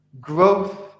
Growth